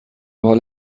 حال